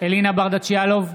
אלינה ברדץ' יאלוב,